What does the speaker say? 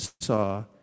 saw